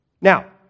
Now